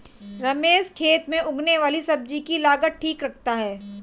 रमेश खेत में उगने वाली सब्जी की लागत ठीक रखता है